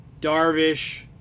Darvish